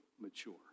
mature